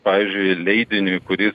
pavyzdžiui leidiniui kuris